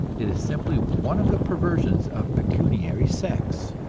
it is simply one of the perversions of pecuniary sex.